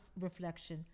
reflection